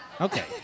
Okay